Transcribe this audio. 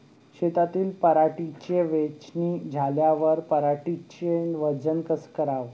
शेतातील पराटीची वेचनी झाल्यावर पराटीचं वजन कस कराव?